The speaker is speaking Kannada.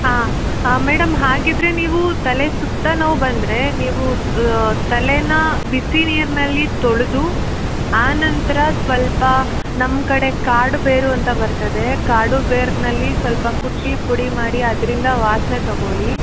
ಹಾಂ ಹಾಂ ಮೇಡಮ್ ಹಾಗಿದ್ದರೆ ನೀವು ತಲೆ ಸುತ್ತ ನೋವು ಬಂದರೆ ನೀವು ತಲೆನ ಬಿಸಿ ನೀರಿನಲ್ಲಿ ತೊಳೆದು ಆ ನಂತರ ಸ್ವಲ್ಪ ನಮ್ಮ ಕಡೆ ಕಾಡು ಬೇರು ಅಂತ ಬರ್ತದೆ ಕಾಡು ಬೇರಿನಲ್ಲಿ ಸ್ವಲ್ಪ ಕುಟ್ಟಿ ಪುಡಿ ಮಾಡಿ ಅದರಿಂದ ವಾಸನೆ ತಗೊಳ್ಳಿ